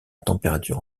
température